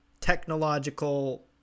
technological